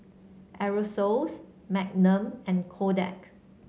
Aerosoles Magnum and Kodak